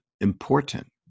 important